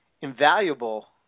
invaluable